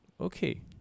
Okay